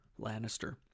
Lannister